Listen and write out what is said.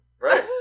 Right